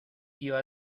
iba